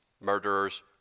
murderers